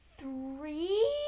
Three